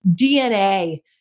DNA